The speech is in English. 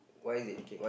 okay